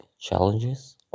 challenges